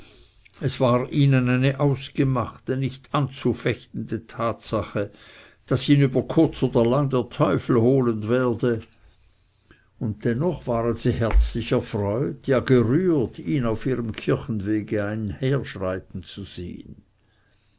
es war ihnen eine ausgemachte nicht anzufechtende tatsache daß ihn über kurz oder lang der teufel holen werde und dennoch waren sie herzlich erfreut ja gerührt ihn auf ihrem kirchwege einherschreiten zu sehen